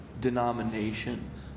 denominations